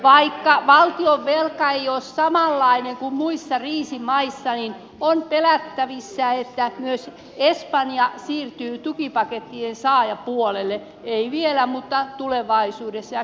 vaikka valtion velka ei ole samanlainen kuin muissa kriisimaissa on pelättävissä että myös espanja siirtyy tukipakettien saajapuolelle ei vielä mutta tulevaisuudessa